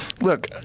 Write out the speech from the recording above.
Look